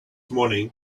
morning